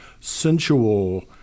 sensual